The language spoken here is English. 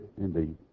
indeed